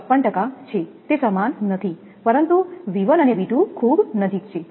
54 છે તે સમાન નથી પરંતુ અને ખૂબ નજીક છે